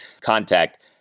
contact